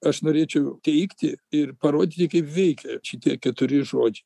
aš norėčiau teikti ir parodyti kaip veikia šitie keturi žodžiai